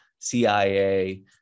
CIA